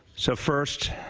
so first,